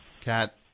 Cat